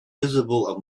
visible